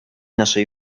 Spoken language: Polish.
naszej